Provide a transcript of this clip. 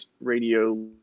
radio